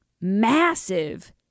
massive